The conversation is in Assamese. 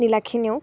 নীলাক্ষী নেওগ